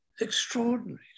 extraordinary